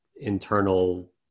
internal